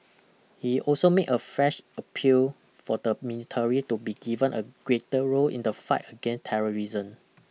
he also made a fresh appeal for the minitary to be given a greater role in the fight again terrorisn